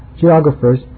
geographers